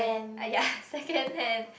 !aiya! second hand